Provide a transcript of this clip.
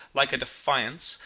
like a defiance,